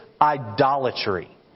idolatry